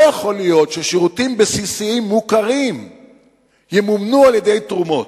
לא יכול להיות ששירותים בסיסיים מוכרים ימומנו על-ידי תרומות.